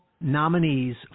nominees